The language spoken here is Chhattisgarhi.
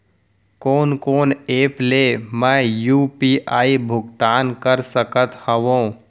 कोन कोन एप ले मैं यू.पी.आई भुगतान कर सकत हओं?